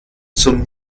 zum